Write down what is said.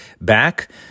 back